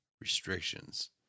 restrictions